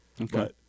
Okay